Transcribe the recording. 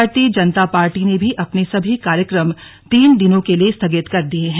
भारतीय जनता पार्टी ने भी अपने सभी कार्यक्रम तीन दिनों के लिए स्थगित कर दिये हैं